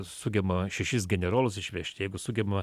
sugeba šešis generolus išvežti jeigu sugeba